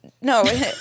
No